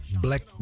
Black